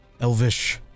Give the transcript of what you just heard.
elvish